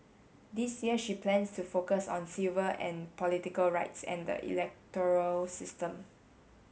this year she plans to focus on civil and political rights and the electoral system